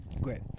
Great